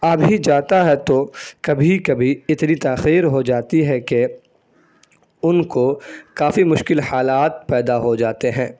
آ بھی جاتا ہے تو کبھی کبھی اتنی تاخیر ہو جاتی ہے کہ ان کو کافی مشکل حالات پیدا ہو جاتے ہیں